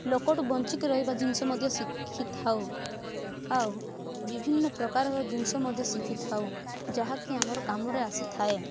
ଲୋକଠୁ ବଞ୍ଚିକି ରହିବା ଜିନିଷ ମଧ୍ୟ ଶିଖିଥାଉ ଆଉ ବିଭିନ୍ନ ପ୍ରକାରର ଜିନିଷ ମଧ୍ୟ ଶିଖିଥାଉ ଯାହାକି ଆମର କାମରେ ଆସିଥାଏ